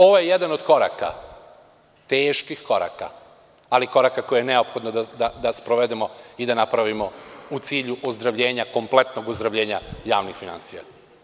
Ovo je jedan od koraka, teških koraka, ali koraka koje je neophodno da sprovedemo i da napravimo u cilju ozdravljenja kompletnog ozdravljenja javnih finansija.